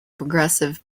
progressive